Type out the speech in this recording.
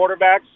quarterbacks